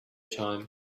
time